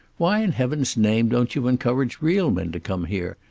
why in heaven's name don't you encourage real men to come here?